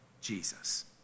Jesus